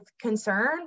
concern